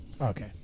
Okay